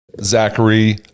Zachary